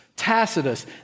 Tacitus